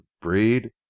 breed